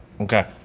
Okay